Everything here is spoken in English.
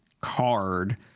card